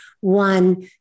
one